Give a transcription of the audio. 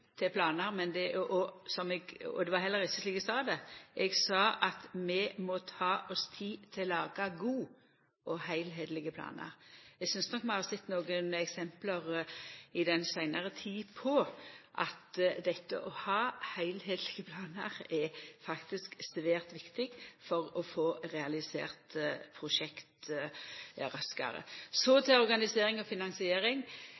og det var heller ikkje slik eg sa det. Eg sa at vi må ta oss tid til å laga gode og heilskaplege planar. Eg synest nok vi har sett nokre eksempel i den seinare tida på at dette å ha heilskaplege planar faktisk er svært viktig for å få realisert prosjekt raskare.